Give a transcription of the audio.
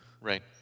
Right